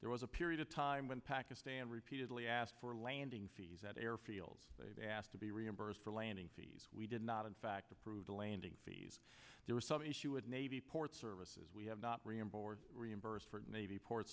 there was a period of time when pakistan repeatedly asked for landing fees at airfields they've asked to be reimbursed for landing fees we did not in fact approve the landing fees there was some issue of navy port services we have not remember or reimbursed for navy port